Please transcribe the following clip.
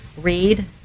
Read